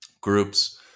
groups